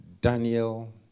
Daniel